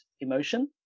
emotion